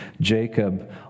Jacob